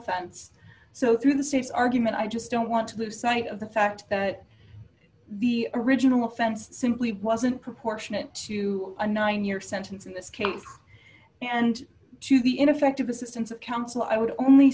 fence so through the state's argument i just don't want to lose sight of the fact that the original offense simply wasn't proportionate to a nine year sentence in this case and to the ineffective assistance of counsel i would only